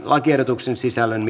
lakiehdotuksen sisällöstä